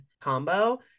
combo